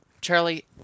Charlie